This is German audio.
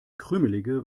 krümelige